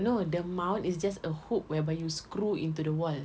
no the mount is just a hook whereby you screw into the wall